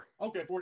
Okay